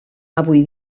avui